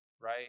right